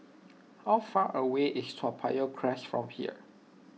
how far away is Toa Payoh Crest from here